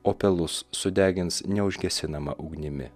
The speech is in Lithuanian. o pelus sudegins neužgesinama ugnimi